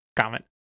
comment